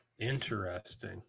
interesting